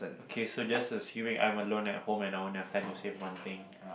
okay so just assuming I'm alone at home and I won't have time to save one thing